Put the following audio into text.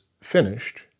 finished